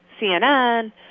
CNN